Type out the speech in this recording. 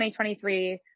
2023